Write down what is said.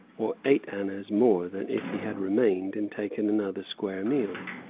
or eight annas more than if he had remained and taken another square meal.